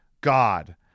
God